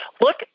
Look